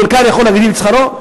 המנכ"ל יכול להגדיל את שכרו?